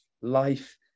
life